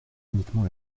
uniquement